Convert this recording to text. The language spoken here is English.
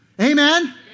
Amen